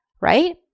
right